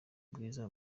bwiza